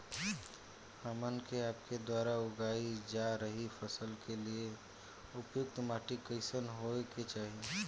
हमन के आपके द्वारा उगाई जा रही फसल के लिए उपयुक्त माटी कईसन होय के चाहीं?